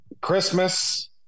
Christmas